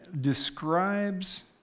describes